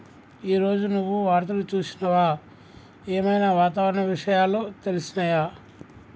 ఈ రోజు నువ్వు వార్తలు చూసినవా? ఏం ఐనా వాతావరణ విషయాలు తెలిసినయా?